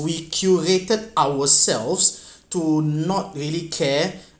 we curated ourselves to not really care